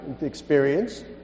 experience